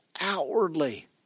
outwardly